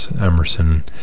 Emerson